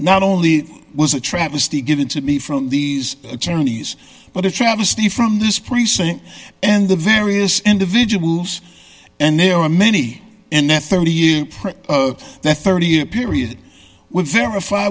not only was a travesty given to me from these attorneys but a travesty from this precinct and the various individuals and there were many and the thirty year the thirty year period would verify